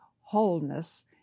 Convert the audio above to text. wholeness